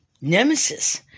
nemesis